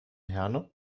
herne